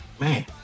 man